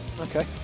Okay